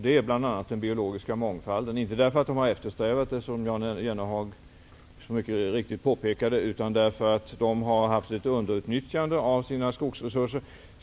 Det är bl.a. den biologigiska mångfalden; inte för att de har eftersträvat den, som Jan Jennehag mycket riktigt påpekade, utan därför att de har haft ett underutnyttjande av sina skogsresurser.